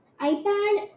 iPad